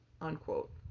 unquote